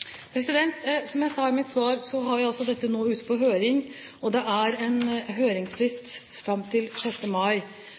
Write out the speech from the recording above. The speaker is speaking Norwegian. Som jeg sa i mitt svar, har jeg altså dette ute på høring. Det er